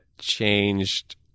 changed